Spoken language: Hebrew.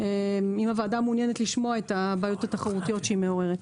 אם הוועדה מעוניינת לשמוע את בעיות התחרות שהצעת החוק מעוררת.